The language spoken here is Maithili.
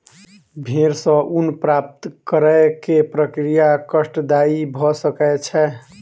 भेड़ सॅ ऊन प्राप्त करै के प्रक्रिया कष्टदायी भ सकै छै